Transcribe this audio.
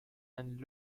and